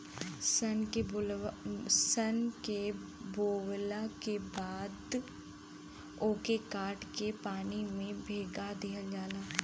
सन के बोवला के बाद ओके काट के पानी में भीगा दिहल जाला